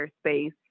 space